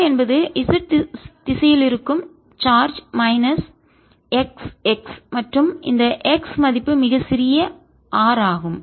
q என்பது z திசையில் இருக்கும் சார்ஜ் மைனஸ் xx மற்றும் இந்த x மதிப்பு சிறிய r ஆகும்